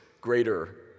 greater